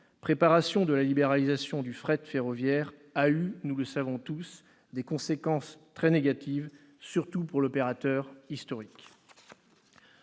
préparation de la libéralisation du fret ferroviaire a eu, nous le savons tous, des conséquences très négatives, surtout pour l'opérateur historique.